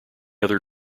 other